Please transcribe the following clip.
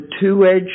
two-edged